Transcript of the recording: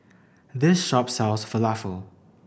this shop sells Falafel